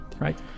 right